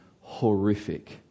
horrific